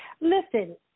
Listen